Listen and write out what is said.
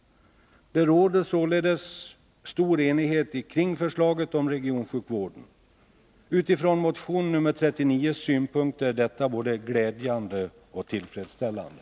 Det råder således stor enighet kring förslaget om regionsjukvården. Med utgångspunkt i synpunkterna i motion 39 är detta både glädjande och tillfredsställande.